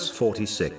46